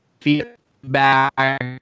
feedback